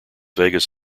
vegas